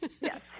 Yes